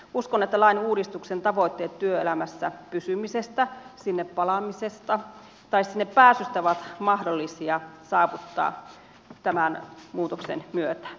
uskon että lain uudistuksen tavoitteet työelämässä pysymisestä sinne palaamisesta tai sinne pääsystä ovat mahdollisia saavuttaa tämän muutoksen myötä